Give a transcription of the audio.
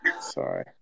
Sorry